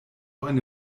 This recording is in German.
eine